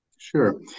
Sure